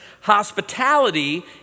Hospitality